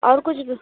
और कुछ भी